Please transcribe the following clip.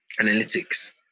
analytics